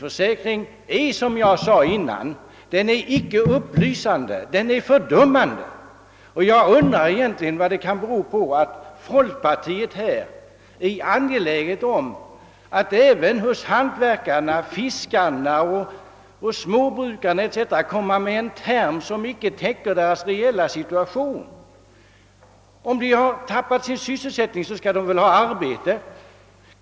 ring är, som jag sade tidigare, icke upplysande — den är fördummande. Jag undrar vad det kan bero på att folkpartiet är angeläget om att även för hantverkarna, fiskarna och småbrukarna använda en term som inte täcker deras reella situation. Om de har förlorat sin sysselsättning skall de ha arbete.